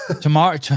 Tomorrow